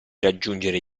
raggiungere